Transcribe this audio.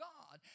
God